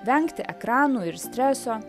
vengti ekranų ir streso